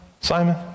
Simon